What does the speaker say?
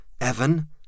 Evan